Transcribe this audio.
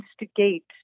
instigate